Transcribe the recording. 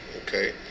Okay